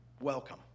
welcome